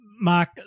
Mark